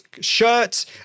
shirt